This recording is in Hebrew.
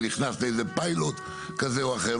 ונכנס לפיילוט כזה או אחר.